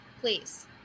please